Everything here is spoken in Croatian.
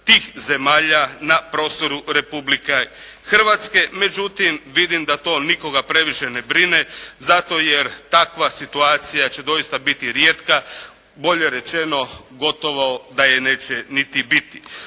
tih zemalja na prostoru Republike Hrvatske. međutim vidim da to nikoga previše ne brine zato jer takva situacija će doista biti rijetka, bolje rečeno gotovo da je neće niti biti.